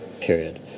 period